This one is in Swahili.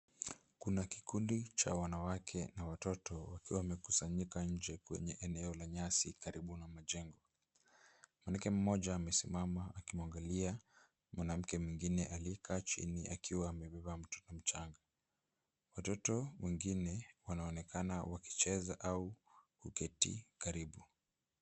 Kuna kikundi cha wanawake na watoto wakiwa wamekusanyika nje kwenye eneo la nyasi karibu na majengo. Mwanamke mmoja amesimama akimwangalia mwanamke mwingine aliyekaa chini akiwa amebeba mtoto mchanga. Watoto wengine wanaonekana wakicheza au kuketi karibu.